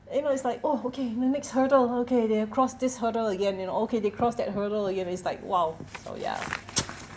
you know it's like oh okay their next hurdle okay they cross this hurdle again you know okay they cross that hurdle again it's like !wow! so ya